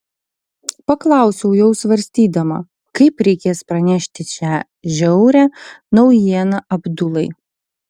paklausiau jau svarstydama kaip reikės pranešti šią žiaurią naujieną abdulai